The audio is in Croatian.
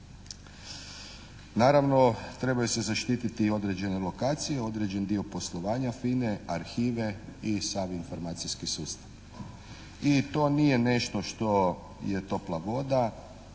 Naravno trebaju se zaštiti i određene lokacije, određen dio poslovanja FINA-e, arhive i sami informacijski sustav. I to nije nešto što je topla voda,